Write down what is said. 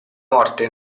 morte